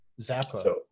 Zappa